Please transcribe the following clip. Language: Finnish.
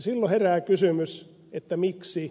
silloin herää kysymys miksi